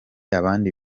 abandi